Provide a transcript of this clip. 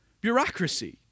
bureaucracy